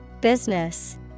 Business